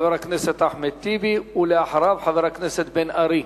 חבר הכנסת אחמד טיבי, ואחריו, חבר הכנסת בן-ארי.